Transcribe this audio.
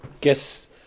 guess